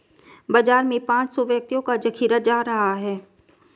बाजार में पांच सौ व्यक्तियों का जखीरा जा रहा है